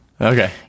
Okay